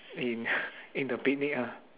in in the picnic ah